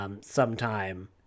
sometime